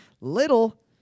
little